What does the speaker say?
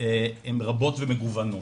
הן רבות ומגוונות,